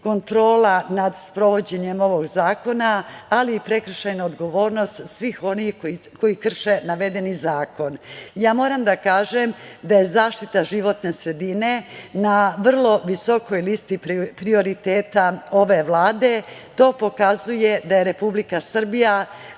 kontrola nad sprovođenjem ovog zakona, ali i prekršajna odgovornost svih onih koji krše navedeni zakon. Moram da kažem da je zaštita životne sredine na vrlo visokoj listi prioriteta ove Vlade. To pokazuje da je Republika Srbija